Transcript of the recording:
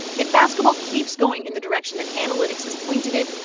if basketball keeps going in the direction that analytics has pointed it,